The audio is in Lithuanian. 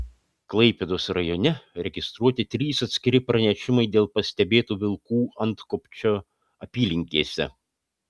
klaipėdos rajone registruoti trys atskiri pranešimai dėl pastebėtų vilkų antkopčio apylinkėse